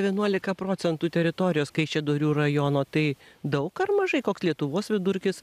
vienuolika procentų teritorijos kaišiadorių rajono tai daug ar mažai koks lietuvos vidurkis